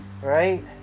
right